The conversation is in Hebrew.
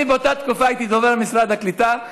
באותה תקופה הייתי דובר משרד הקליטה,